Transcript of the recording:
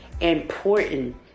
important